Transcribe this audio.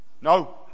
no